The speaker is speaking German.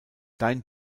dein